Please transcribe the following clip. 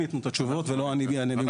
ייתנו את התשובות ולא אני אענה במקומם.